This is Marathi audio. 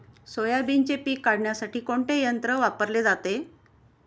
सोयाबीनचे पीक काढण्यासाठी कोणते यंत्र वापरले जाते?